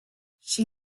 she